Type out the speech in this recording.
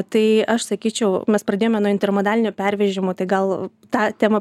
tai aš sakyčiau mes pradėjome nuo intermodalinio pervežimo tai gal tą temą